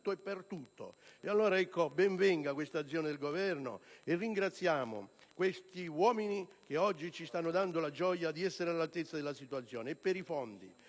Allora ben venga questa azione del Governo e ringraziamo questi uomini che oggi ci stanno dando la gioia di essere all'altezza della situazione. Segue